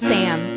Sam